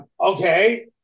Okay